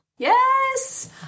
Yes